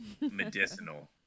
Medicinal